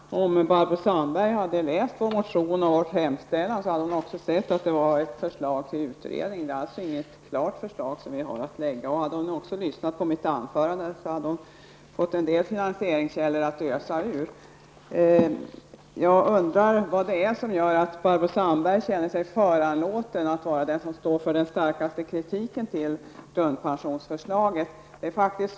Herr talman! Om Barbro Sandberg hade läst vår motion och hemställan, skulle hon ha sett att det handlar om ett förslag som skall utredas. Det rör sig alltså inte om något färdigt förslag. Och om Barbro Sandberg dessutom hade lyssnat på mitt anförande, skulle hon ha hört att det finns en del finanseringskällor att ösa ur. Jag undrar vad det är som gör att Barbro Sandberg ser sig föranlåten att vara den som står för den starkaste kritiken mot vårt förslag om en grundpension.